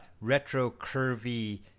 retro-curvy